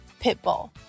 Pitbull